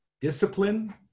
discipline